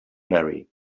marry